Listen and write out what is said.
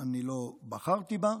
אני לא בחרתי בה,